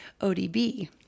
ODB